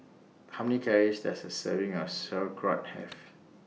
How Many Calories Does A Serving of Sauerkraut Have